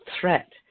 threat